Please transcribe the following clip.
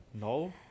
No